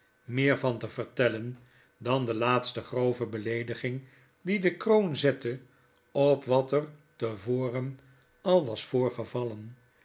meer van te vertellen dan de laatste grove beleediging die de kroon zette op wat er te voren al was voorgevallen